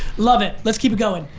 love it. let's keep it going.